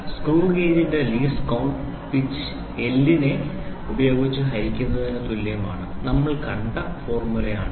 screw ഗേജിന്റെ least count pitch നെ L ഉപയോഗിച്ച് ഹരിക്കുന്നതിനു തുല്യമാണ് നമ്മൾ കണ്ട ഫോർമുല ആണിത്